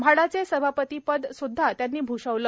म्हाडाचे सभापती पद सुद्धा त्यांनी भूषविले